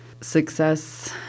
Success